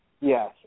Yes